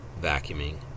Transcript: vacuuming